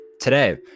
today